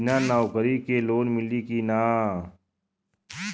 बिना नौकरी के लोन मिली कि ना?